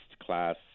class